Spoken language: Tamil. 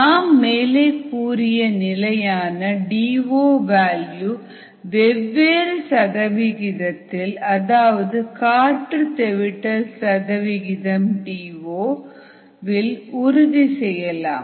நாம் மேலே கூறிய நிலையான டி ஓ வேல்யூ வெவ்வேறு சதவிகிதத்தில் அதாவது காற்று தெவிட்டல் சதவிகிதம் டி ஓ வில் உறுதி செய்யலாம்